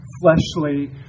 fleshly